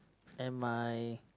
and my